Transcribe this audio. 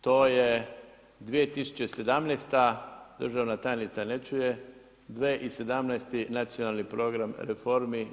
To je 2017., državna tajnica ne čuje, 2017. nacionalni program reformi.